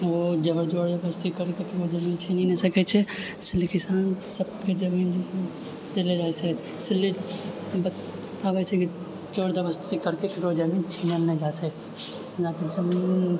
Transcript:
ओ जबर जोर जबरदस्ती करीके ककरो जमीन छीन नहि सकै छै इसीलिए किसान सबके जमीन जे छै तय ले रहै छै इसीलिए मतलब कहल गेल छै जोर जबरदस्ती करिके ककरो जमीन छिनल नहि जा सकै छै अपनाके जमीन